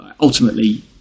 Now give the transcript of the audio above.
ultimately